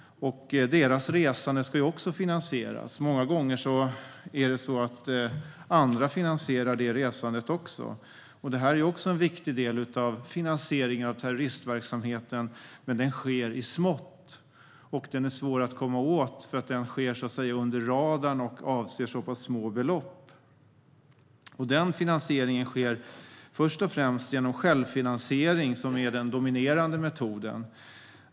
Deras resande ska också finansieras, och många gånger är det andra som finansierar även det resandet. Även detta är en viktig del av finansieringen av terroristverksamheten, men det sker i liten skala och är svårt att komma åt eftersom det så att säga sker under radarn och avser så pass små belopp. Det här resandet sker först och främst genom självfinansiering, som är den dominerande metoden.